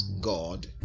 god